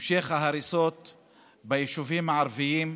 ביישובים הערביים.